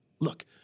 Look